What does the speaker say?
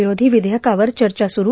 विरोधी विधेयकावर चर्चा सुरू